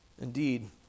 Indeed